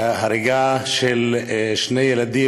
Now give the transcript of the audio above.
ההריגה של שני ילדים,